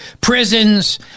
prisons